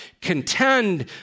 Contend